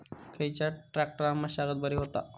खयल्या ट्रॅक्टरान मशागत बरी होता?